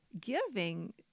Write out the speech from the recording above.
giving